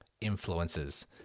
influences